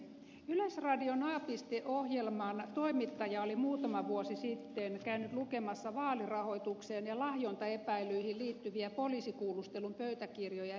yleisradion a piste ohjelman toimittaja oli muutama vuosi sitten käynyt lukemassa vaalirahoitukseen ja lahjontaepäilyihin liittyviä poliisikuulustelupöytäkirjoja järvenpäässä